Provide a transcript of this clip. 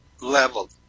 level